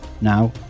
Now